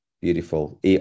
beautiful